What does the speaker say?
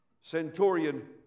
centurion